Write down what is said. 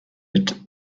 mit